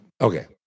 okay